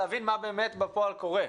להבין מה באמת בפועל קורה.